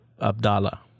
Abdallah